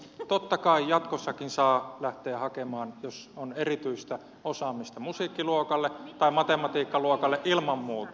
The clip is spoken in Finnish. totta kai jatkossakin saa lähteä hakemaan jos on erityistä osaamista musiikkiluokalle tai matematiikkaluokalle ilman muuta